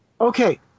Okay